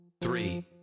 three